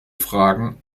fragen